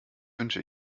wünsche